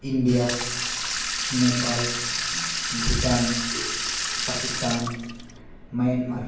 India Nepal Bhutan Pakistan Myanmar